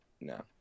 No